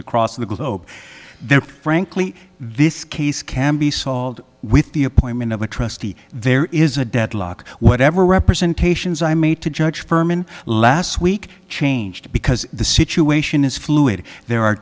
across the globe there frankly this case can be solved with the appointment of a trustee there is a deadlock whatever representations i made to judge berman last week changed because the situation is fluid there are